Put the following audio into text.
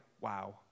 wow